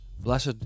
Blessed